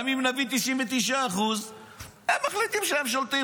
גם אם נביא 99% הם מחליטים שהם שולטים,